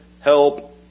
help